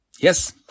Yes